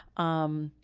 um,